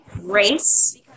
race